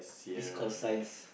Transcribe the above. this call Science